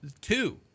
two